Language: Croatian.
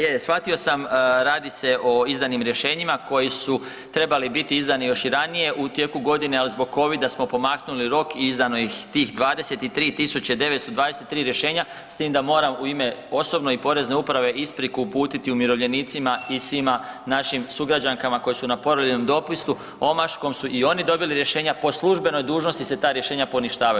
Je, shvatio sam, radi se o izdanim rješenjima koji su trebali biti izdani još i ranije u tijeku godine, al zbog covida smo pomaknuli rok i izdano ih tih 23923 rješenja s tim da moram u ime osobno i porezne uprave ispriku uputiti umirovljenicima i svima našim sugrađankama koje su na porodiljnom dopustu, omaškom su i oni dobili rješenja, po službenoj dužnosti se ta rješenja poništavaju.